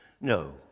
no